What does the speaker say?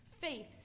faith